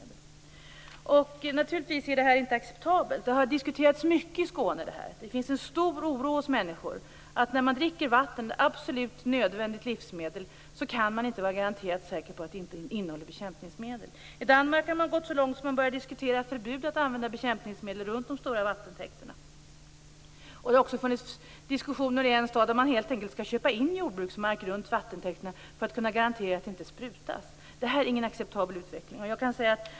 Detta är naturligtvis inte acceptabelt. Det har diskuterats mycket i Skåne. Det finns en stor oro hos människor för att när man dricker vatten - ett absolut nödvändigt livsmedel - kan man inte vara garanterat säker på att det inte innehåller bekämpningsmedel. I Danmark har man gått så långt att man har börjat diskutera förbud att använda bekämpningsmedel runt de stora vattentäkterna. Det har också funnits diskussioner i en stad om att man helt enkelt skall köpa in jordbruksmark runt vattentäkterna för att kunna garantera att det inte sprutas. Detta är ingen acceptabel utveckling.